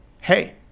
hey